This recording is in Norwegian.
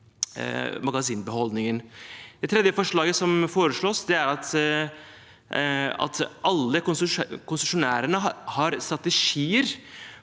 Det tredje forslaget er at alle konsesjonærene har strategier